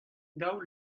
daou